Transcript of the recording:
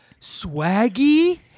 Swaggy